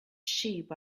sheep